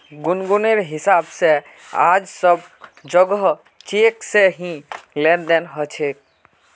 गुनगुनेर हिसाब से आज सब जोगोह चेक से ही लेन देन ह छे